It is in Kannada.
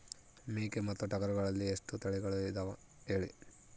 ಮೇಕೆ ಮತ್ತು ಟಗರುಗಳಲ್ಲಿ ಎಷ್ಟು ತಳಿಗಳು ಇದಾವ ಹೇಳಿ?